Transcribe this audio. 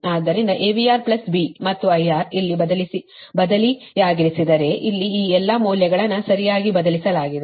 ಆದ್ದರಿಂದ AVR B ಮತ್ತು IR ಇಲ್ಲಿ ಬದಲಿಯಾಗಿಸಿದರೆ ಇಲ್ಲಿ ಈ ಎಲ್ಲಾ ಮೌಲ್ಯಗಳನ್ನು ಸರಿಯಾಗಿ ಬದಲಿಸಲಾಗಿದೆ